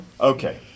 Okay